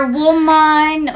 woman